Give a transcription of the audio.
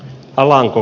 alanko